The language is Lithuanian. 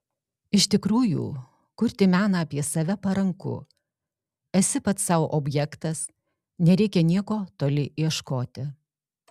iš tikrųjų kurti meną apie save paranku esi pats sau objektas nereikia nieko toli ieškoti